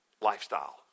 lifestyle